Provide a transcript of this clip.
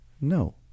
No